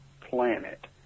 planet